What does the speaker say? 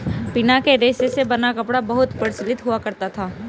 पिना के रेशे से बना कपड़ा बहुत प्रचलित हुआ करता था